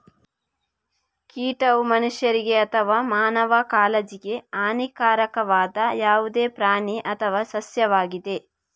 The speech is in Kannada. ಕೀಟವು ಮನುಷ್ಯರಿಗೆ ಅಥವಾ ಮಾನವ ಕಾಳಜಿಗೆ ಹಾನಿಕಾರಕವಾದ ಯಾವುದೇ ಪ್ರಾಣಿ ಅಥವಾ ಸಸ್ಯವಾಗಿದೆ